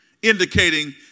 indicating